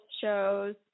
shows